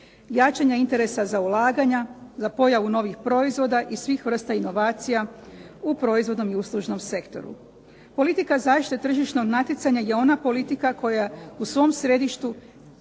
jačanje interesa za ulaganja, za pojavu novih proizvoda i svih vrsta inovacija u proizvodnom i uslužnom sektoru. Politika zaštite tržišnog natjecanja je ona politika koja u svom središtu